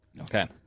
Okay